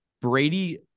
Brady